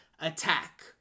attack